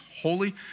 holy